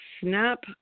Snap